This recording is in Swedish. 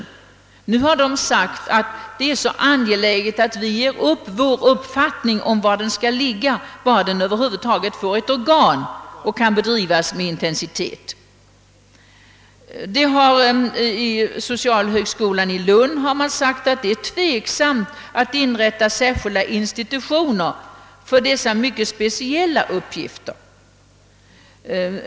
Därifrån har man emellertid i det remissutlåtande som avgivits till utskottet i år sagt, att det är så angeläget att forskningen kommer i gång att man ger upp sin uppfattning om var verksamheten skall ligga, bara den över huvud taget får ett organ och kan bedrivas med intensitet. Socialhögskolan i Lund har uttalat, att det är tveksamt att inrätta särskilda institutioner för dessa mycket speciella uppgifter.